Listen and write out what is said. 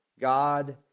God